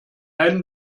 einen